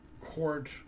court